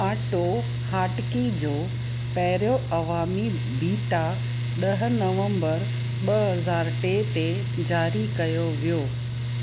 आटोहाटकी जो पहिरियों अवामी बीटा ॾह नवंबर ॿ हज़ार टे ते ज़ारी कयो वियो